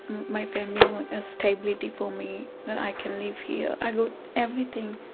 my family want stability for me that i can live here, i got everything.